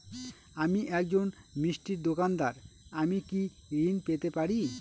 আমি একজন মিষ্টির দোকাদার আমি কি ঋণ পেতে পারি?